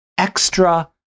extra